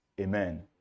Amen